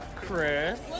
chris